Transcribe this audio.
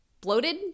bloated